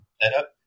setup